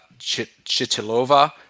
Chitilova